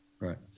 right